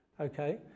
Okay